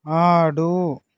ఆడు